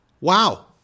Wow